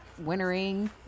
wintering